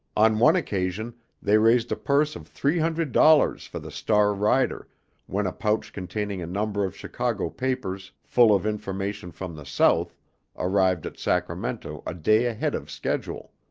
on one occasion they raised a purse of three hundred dollars for the star rider when a pouch containing a number of chicago papers full of information from the south arrived at sacramento a day ahead of schedule.